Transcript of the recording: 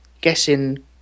guessing